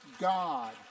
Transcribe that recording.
God